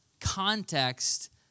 context